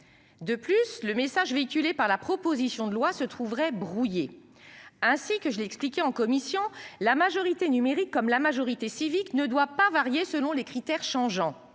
De plus, le message véhiculé par la proposition de loi se trouverait brouiller. Ainsi que je l'ai expliqué en commission la majorité numérique comme la majorité civique ne doit pas varier selon les critères changeants.